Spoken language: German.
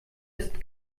ist